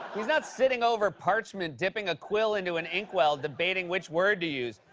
he's not sitting over parchment, dipping a quill into an inkwell, debating which word to use.